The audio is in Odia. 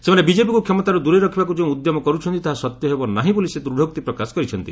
ସେମାନେ ବିଜେପିକୁ କ୍ଷମତାରୁ ଦୂରେଇ ରଖିବାକୁ ଯେଉଁ ଉଦ୍ୟମ କରୁଛନ୍ତି ତାହା ସତ୍ୟ ହେବ ନାହିଁ ବୋଲି ସେ ଦୂଢ଼ୋକ୍ତି ପ୍ରକାଶ କରିଛନ୍ତି